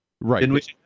Right